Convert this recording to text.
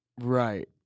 Right